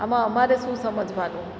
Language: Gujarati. આમાં અમારે શું સમજવાનું